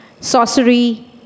sorcery